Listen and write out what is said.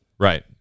Right